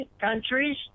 countries